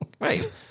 Right